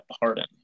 pardon